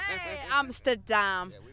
Amsterdam